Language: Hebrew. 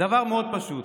דבר מאוד פשוט,